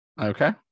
Okay